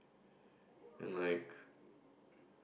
and like